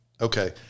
okay